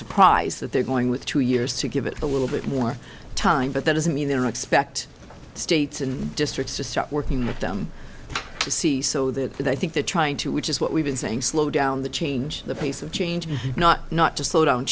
surprised that they're going with two years to give it a little bit more time but that doesn't mean they're expect states and districts to start working with them to see so that they think they're trying to which is what we've been saying slow down the change the pace of change not not just slow down